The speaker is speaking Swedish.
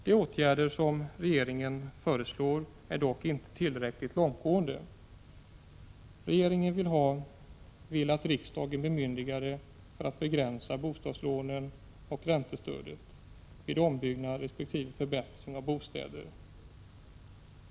De åtgärder som regeringen föreslår är dock inte tillräckligt långtgående. Regeringen vill ha riksdagens bemyndigande för att begränsa bostadslånen och räntestödet vid ombyggnad resp. förbättring av bostäder.